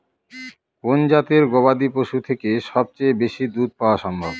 কোন জাতের গবাদী পশু থেকে সবচেয়ে বেশি দুধ পাওয়া সম্ভব?